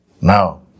now